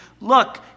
Look